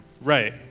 Right